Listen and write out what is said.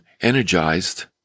energized